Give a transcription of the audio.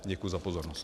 Děkuji za pozornost.